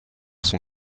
son